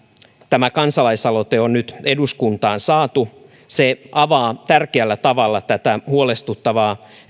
tämä kansalaisaloite on nyt eduskuntaan saatu se avaa tärkeällä tavalla tätä huolestuttavaa